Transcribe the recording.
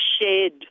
shared